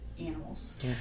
animals